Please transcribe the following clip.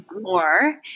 more